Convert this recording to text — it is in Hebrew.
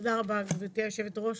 תודה רבה גברתי יושבת הראש.